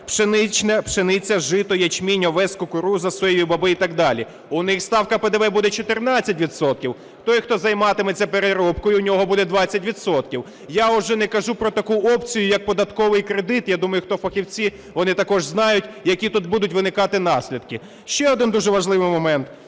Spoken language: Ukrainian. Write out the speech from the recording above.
кведам: пшениця, жито, ячмінь, овес, кукурудза, соя, боби і так далі. У них ставка ПДВ буде 14 відсотків, той, хто займатиметься переробкою – у нього буде 20 відсотків. Я вже не кажу про таку опцію, як податковий кредит. Я думаю, хто фахівці, вони також знають, які тут будуть виникати наслідки. Ще один дуже важливий момент.